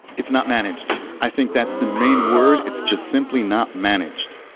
it's not managed. i think that's the main word, it's just simply not managed.